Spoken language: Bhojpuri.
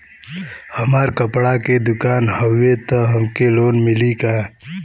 हमार कपड़ा क दुकान हउवे त हमके लोन मिली का?